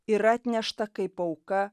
ir atnešta kaip auka